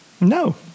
No